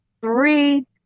three